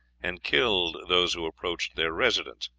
and killed those who approached their residence.